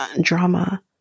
drama